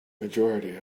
majority